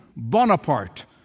Bonaparte